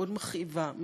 מאוד מכאיבה,